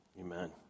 Amen